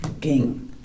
King